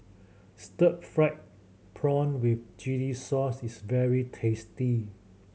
stir fried prawn with chili sauce is very tasty